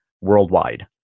worldwide